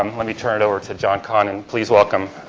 um let me turn it over to john cahn, and please welcome.